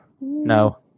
No